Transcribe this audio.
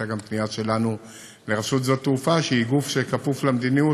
וגם הייתה פנייה שלנו לרשות שדות התעופה שהיא גוף שכפוף למדיניות,